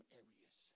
areas